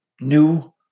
new